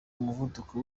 muvuduko